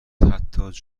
بدتر